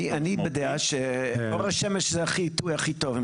אני יודע שאור השמש זה החיטוי הכי טוב,